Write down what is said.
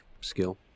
skill